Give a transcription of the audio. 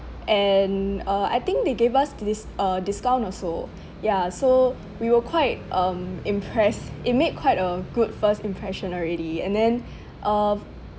and uh I think they gave us dis~ uh discount also ya so we were quite um impressed it made quite a good first impression already and then um